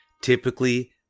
typically